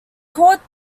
court